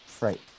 Right